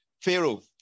Pharaoh